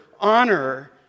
honor